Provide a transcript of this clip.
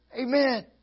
Amen